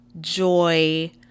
joy